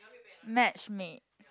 match make